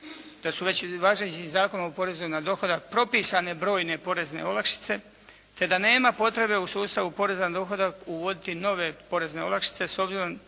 da su već važećim Zakonom o porezu na dohodak propisane brojne porezne olakšice, te da nema potrebe u sustavu poreza na dohodak uvoditi nove porezne olakšice s obzirom